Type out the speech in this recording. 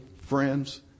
friends